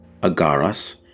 Agaras